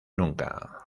nunca